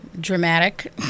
dramatic